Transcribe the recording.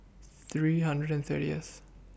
three hundred and thirtieth